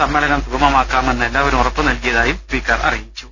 സമ്മേളനം സുഗമമാക്കാമെന്ന് എല്ലാവരും ഉറപ്പു നൽകിയതായും സ്പീക്കർ പ്റഞ്ഞു